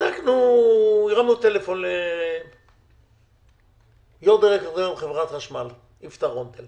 הרמנו טלפון ליו"ר חברת החשמל יפתח רון-טל